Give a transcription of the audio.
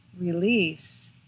release